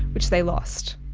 which they lost.